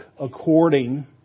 according